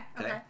Okay